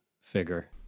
figure